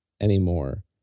anymore